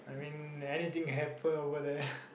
I mean anything happen over there